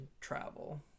travel